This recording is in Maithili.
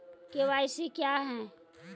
के.वाई.सी क्या हैं?